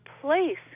place